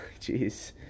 Jeez